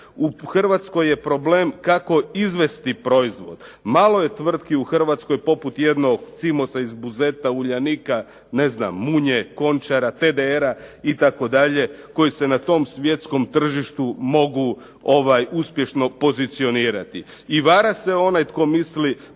U Hrvatskoj je problem kako izvesti proizvod. Malo je tvrtki u Hrvatskoj poput jednog "Cimosa" iz Buzeta, "Uljanika", ne znam "Munje", "Končara", "TDR-a" itd., koji se na tom svjetskom tržištu mogu uspješno pozicionirati. I vara se onaj tko misli